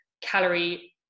calorie